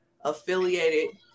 affiliated